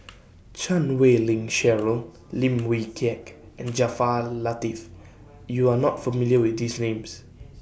Chan Wei Ling Cheryl Lim Wee Kiak and Jaafar Latiff YOU Are not familiar with These Names